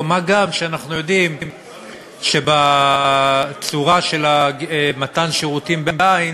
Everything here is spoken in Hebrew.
מה גם שאנחנו יודעים שבצורה של מתן שירותים בעין